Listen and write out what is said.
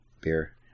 beer